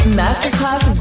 masterclass